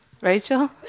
Rachel